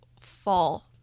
fall